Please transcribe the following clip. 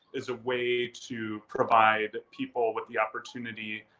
is a way to provide people with the opportunity,